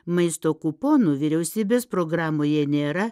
maisto kuponų vyriausybės programoje nėra